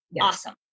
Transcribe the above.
Awesome